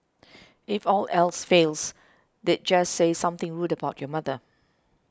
if all else fails they'd just say something rude about your mother